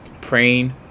praying